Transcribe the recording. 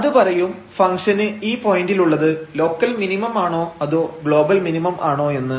അത് പറയും ഫംഗ്ഷന് ഈ പോയന്റിൽ ഉള്ളത് ലോക്കൽ മിനിമം ആണോ അതോ ഗ്ലോബൽ മിനിമം ആണോ എന്ന്